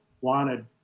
wanted